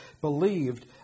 believed